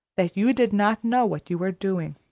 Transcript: that you did not know what you were doing.